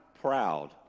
proud